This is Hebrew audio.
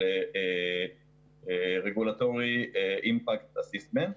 של רגולטורי אימפקט אססמנט,